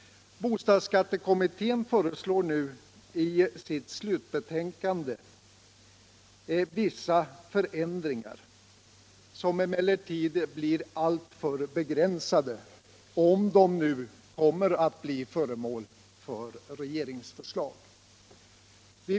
Bostadsskattekommittén föreslår i sitt slutbetänkande vissa förändringar som emellertid blir alltför begränsade, om de nu kommer att bli föremål för regeringsförslag.